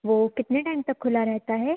वो कितने टाइम तक खुला रहता है